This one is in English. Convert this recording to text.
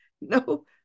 No